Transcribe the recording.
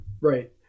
Right